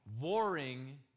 warring